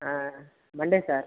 Monday sir